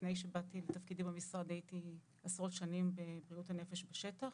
לפני שבאתי לתפקידי במשרד הייתי עשרות שנים בבריאות הנפש בשטח,